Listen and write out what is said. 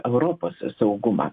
europos saugumą